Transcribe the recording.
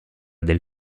del